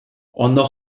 ondo